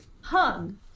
hung